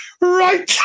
right